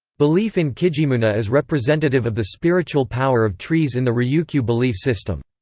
belief in kijimunaa is representative of the spiritual power of trees in the ryukyu belief system.